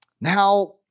Now